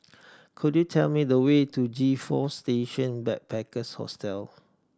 could you tell me the way to G Four Station Backpackers Hostel